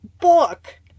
book